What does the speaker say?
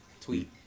tweet